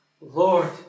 Lord